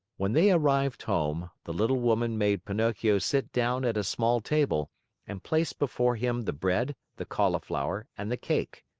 when they arrived home, the little woman made pinocchio sit down at a small table and placed before him the bread, the cauliflower, and the cake.